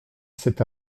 cet